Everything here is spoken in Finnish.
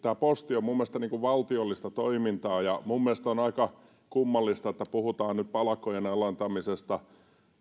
posti on minun mielestäni valtiollista toimintaa ja mielestäni on aika kummallista että nyt puhutaan palkkojen alentamisesta